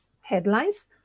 headlines